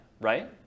right